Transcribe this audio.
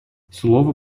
слова